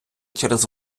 через